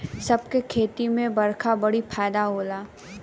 सब क खेती में बरखा बड़ी फायदा होला